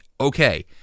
okay